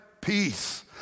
peace